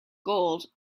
gold